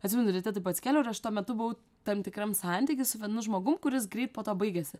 atsimenu ryte taip atsikėliau ir aš tuo metu buvau tam tikram santyky su vienu žmogum kuris greit po to baigėsi